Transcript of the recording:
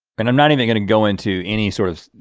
and i'm not even gonna go into any sort of,